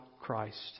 Christ